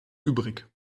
übrig